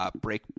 break